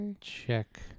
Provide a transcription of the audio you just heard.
check